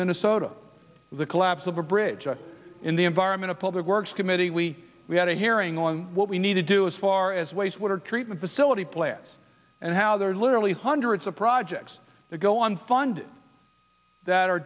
minnesota the collapse of a bridge in the environment of public works committee we we had a hearing on what we need to do as far as wastewater treatment facility plants and how there are literally hundreds of projects that go on fund that